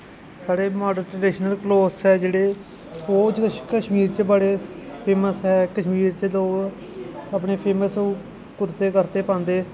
साढ़े modern traditional clothes ऐ जेह्ड़े ओह् कश कश्मीर च बड़े फेमस ऐ कश्मीर च ते ओह् अपने फेमस ओ कुर्ते कार्ते पांदे